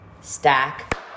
Stack